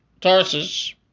Tarsus